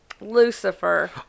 Lucifer